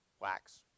wax